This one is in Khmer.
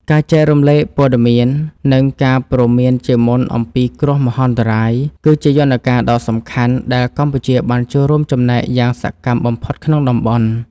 ការចែករំលែកព័ត៌មាន និងការព្រមានជាមុនអំពីគ្រោះមហន្តរាយ គឺជាយន្តការដ៏សំខាន់ដែលកម្ពុជាបានចូលរួមចំណែកយ៉ាងសកម្មបំផុតក្នុងតំបន់។